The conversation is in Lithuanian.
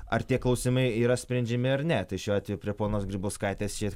ar tie klausimai yra sprendžiami ar ne tai šiuo atveju prie ponos grybauskaitės šie